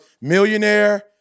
millionaire